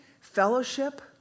fellowship